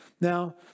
Now